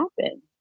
happen